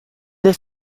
the